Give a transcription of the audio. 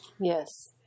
yes